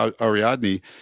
Ariadne